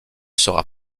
sera